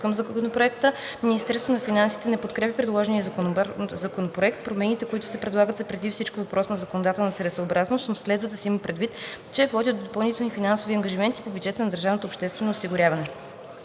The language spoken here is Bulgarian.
към Законопроекта. Министерството на финансите не подкрепя предложения законопроект, промените, които се предлагат са преди всичко въпрос на законодателна целесъобразност, но следва да се има предвид, че води до допълнителни финансови ангажименти по бюджета на държавното обществено осигуряване.